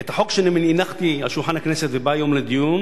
את החוק שהנחתי על שולחן הכנסת ועלה היום לדיון